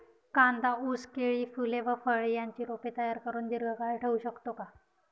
कांदा, ऊस, केळी, फूले व फळे यांची रोपे तयार करुन दिर्घकाळ ठेवू शकतो का?